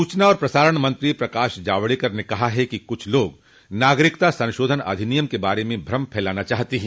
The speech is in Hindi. सूचना और प्रसारण मंत्री प्रकाश जावड़कर ने कहा है कि कुछ लोग नागरिकता संशोधन अधिनियम के बारे में भ्रम फैलाना चाहते हैं